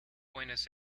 buenos